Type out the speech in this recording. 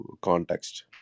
context